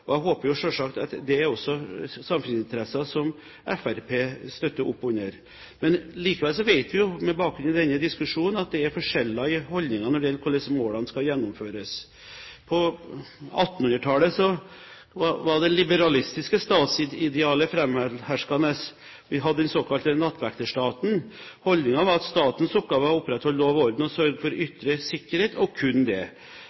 samfunnsinteresser. Jeg håper selvsagt at det også er samfunnsinteresser som Fremskrittspartiet støtter opp under. Likevel vet vi, med bakgrunn i denne diskusjonen, at det er forskjeller i holdninger når det gjelder hvordan målene skal gjennomføres. På 1800-tallet var det liberalistiske statsidealet framherskende. Vi hadde den såkalte nattvekterstaten. Holdningen var at statens oppgaver var å opprettholde lov og orden og sørge for ytre sikkerhet – og kun det.